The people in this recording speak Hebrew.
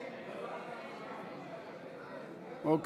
סכסוכי עבודה (תיקון,